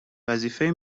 وظیفه